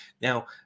Now